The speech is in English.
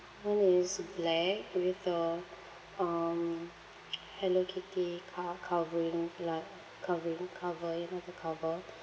one is black with a um hello kitty co~ covering like covering cover you know the cover